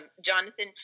Jonathan